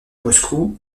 moscou